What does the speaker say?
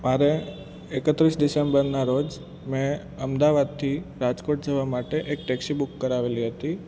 મારે એકત્રીસ ડિસેમ્બરના રોજ મેં અમદાવાદથી રાજકોટ જવા માટે એક ટેક્સી બુક કરાવેલી હતી